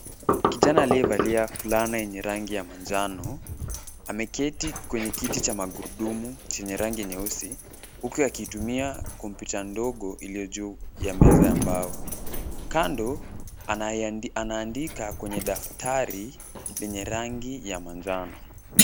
Kijana aliyevalia fulana yenye rangi ya manjano, ameketi kwenye kiti cha magurudumu chenye rangi nyeusi, huku akitumia kompyuta ndogo iliyo juu ya meza ya mbao. Kando anaandika kwenye daftari lenye rangi ya manjano.